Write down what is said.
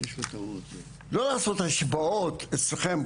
לא לעשות השוואות אצלכם,